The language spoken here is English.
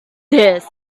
this